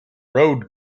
road